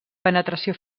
penetració